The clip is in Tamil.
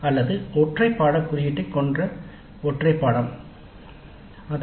அதாவது ஒற்றை பாடநெறி குறியீட்டைக் கொண்ட ஒற்றை பாடநெறி